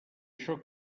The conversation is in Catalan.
això